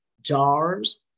jars